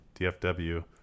DFW